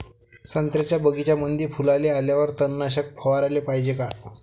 संत्र्याच्या बगीच्यामंदी फुलाले आल्यावर तननाशक फवाराले पायजे का?